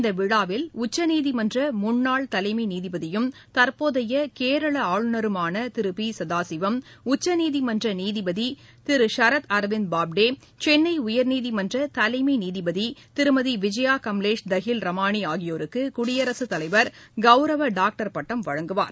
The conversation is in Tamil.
இந்தவிழாவில் உச்சநீதிமன்றமுன்னாள் தலைமைநீதியும் தற்போதையகேரளஆளுநருமானதிருபிசதாசிவம் உச்சநீதிமன்றநீதிபதிதிருசரத் பாப்டே சென்னைஉயர்நீதிமன்றதலைமைநீதிபதிருமதிவிஜயாகமலேஷ் தஹில் ரமணிஆகியோருக்குகுடியரசுத் தலைவர் கௌரவடாக்டர் பட்டம் வழங்குவார்